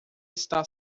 está